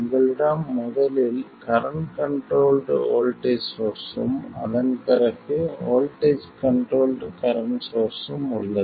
உங்களிடம் முதலில் current controlled voltage சோர்ஸ்ஸும் அதன் பிறகு வோல்ட்டேஜ் கண்ட்ரோல்ட் கரண்ட் சோர்ஸ்ஸும் உள்ளது